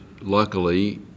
luckily